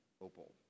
opal